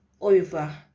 Over